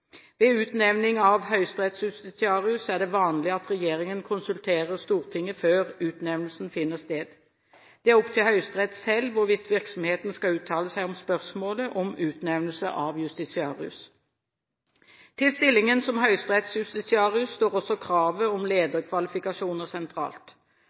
Ved utnevnelse av høyesterettsjustitiarius er det vanlig at regjeringen konsulterer Stortinget før utnevnelsen finner sted. Det er opp til Høyesterett selv hvorvidt virksomheten skal uttale seg om spørsmålet om utnevnelse av justitiarius. Til stillingen som høyesterettsjustitiarius står også kravet om